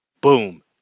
Boom